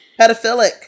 Pedophilic